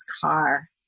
car